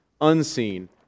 unseen